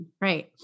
right